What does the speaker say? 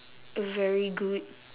a very good